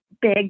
big